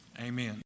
Amen